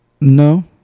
No